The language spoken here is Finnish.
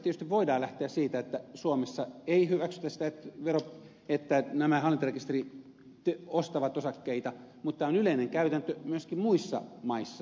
tietysti voidaan lähteä siitä että suomessa ei hyväksytä että nämä hallintarekisterit ostavat osakkeita mutta tämä on yleinen käytäntö myöskin muissa maissa